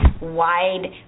wide